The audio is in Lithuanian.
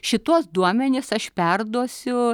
šituos duomenis aš perduosiu